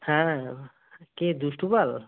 হ্যাঁ কে দুষ্টু পাল